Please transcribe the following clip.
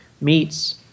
meats